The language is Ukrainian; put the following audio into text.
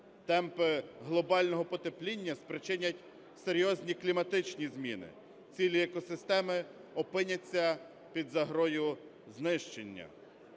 темп глобального потепління спричинить серйозні кліматичні зміни, цілі екосистеми опиняться під загрозою знищення.